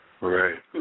Right